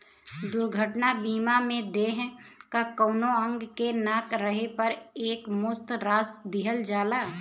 दुर्घटना बीमा में देह क कउनो अंग के न रहे पर एकमुश्त राशि दिहल जाला